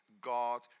God